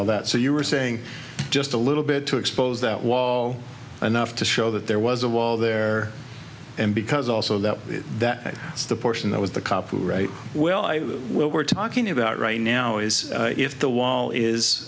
all that so you were saying just a little bit to expose that wall enough to show that there was a wall there and because also that that the portion that was the copyright well i will we're talking about right now is if the wall is